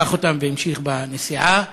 לקח אותם והמשיך בנסיעה.